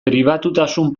pribatutasun